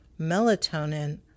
melatonin